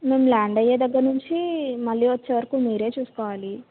మేము ల్యాండ్ అయ్యే దగ్గర నుంచి మళ్ళీ వచ్చే వరకు మీరే చూసుకోవాలి